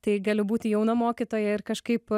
tai galiu būti jauna mokytoja ir kažkaip